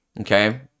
Okay